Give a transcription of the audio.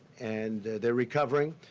and they're recovering.